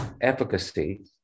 efficacy